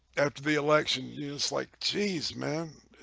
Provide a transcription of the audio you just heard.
after the election it's like jeez man